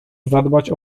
zadbać